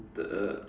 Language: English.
the uh